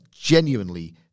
genuinely